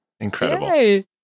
incredible